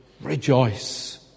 rejoice